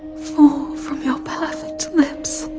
fall from your perfect lips